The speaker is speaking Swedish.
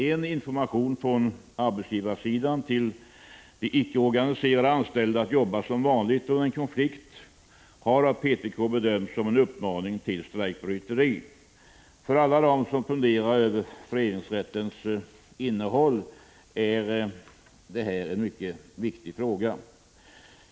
En information från arbetsgivarsidan till de icke organiserade anställda att jobba som vanligt under konflikten har av PTK bedömts som en uppmaning till strejkbryteri. För alla dem som funderar över föreningsrättens innehåll är det här en mycket viktig fråga.